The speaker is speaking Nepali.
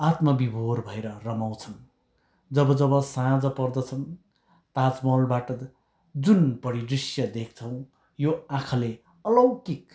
आत्मविभोर भएर रमाउँछन् जब जब साँझ पर्दछन् ताजमहलबाट जुन परिदृश्य देख्छौँ यो आँखाले अलौकिक